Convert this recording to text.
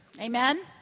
amen